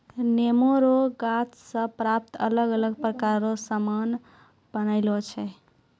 नेमो रो गाछ से प्राप्त अलग अलग प्रकार रो समान बनायलो छै